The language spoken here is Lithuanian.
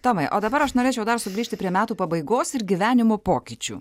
tomai o dabar aš norėčiau dar sugrįžti prie metų pabaigos ir gyvenimo pokyčių